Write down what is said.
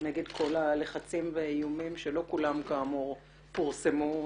נגד כל הלחצים והאיומים, שלא כולם כאמור פורסמו.